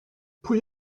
pwy